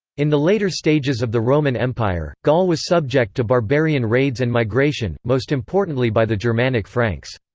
in the later stages of the roman empire, gaul was subject to barbarian raids and migration, most importantly by the germanic franks.